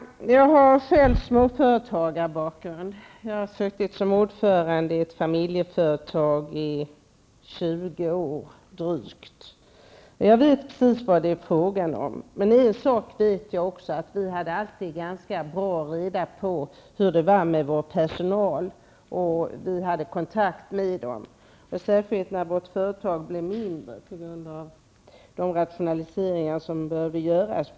Herr talman! Jag har själv småföretagarbakgrund. Jag har suttit som ordförande i ett familjeföretag i drygt tjugo år. Jag vet precis vad det är frågan om. En sak vet jag, och det är att vi hade reda på hur det var med vår personal. Vi hade kontakt med personalen. På 70-talet blev vårt företag mindre på grund av de rationaliseringar som behövde göras.